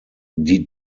die